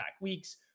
weeks